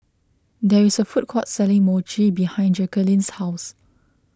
there is a food court selling Mochi behind Jacqueline's house